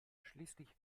schließlich